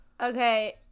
Okay